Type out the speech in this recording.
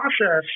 process